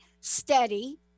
Steady